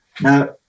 now